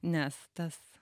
nes tas